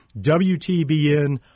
WTBN